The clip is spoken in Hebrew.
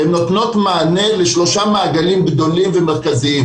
שנותנות מענה לשלושה מעגלים גדולים ומרכזיים,